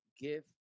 give